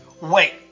Wait